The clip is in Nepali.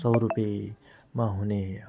सौ रुपियाँमा हुने